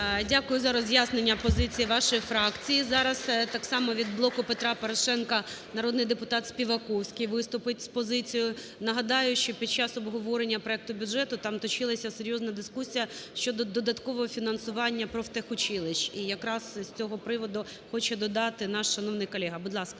Дякую за роз'яснення позиції вашої фракції. Зараз так само від "Блоку Петра Порошенка" народний депутат Співаковський виступить з позицією. Нагадаю, що під час обговорення проекту бюджету там точилася серйозна дискусія щодо додаткового фінансування профтехучилищ, і якраз з цього приводу хоче додати наш шановний колега. Будь ласка,